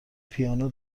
پیانو